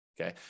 Okay